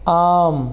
आम्